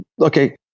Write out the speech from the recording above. Okay